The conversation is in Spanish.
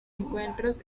encuentros